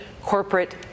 corporate